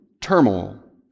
turmoil